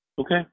Okay